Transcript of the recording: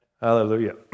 Hallelujah